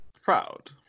Proud